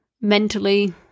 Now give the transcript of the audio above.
mentally